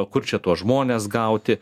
kur čia tuos žmones gauti